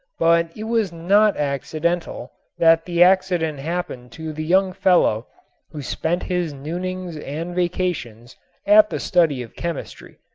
but it was not accidental that the accident happened to the young fellow who spent his noonings and vacations at the study of chemistry.